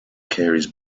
carries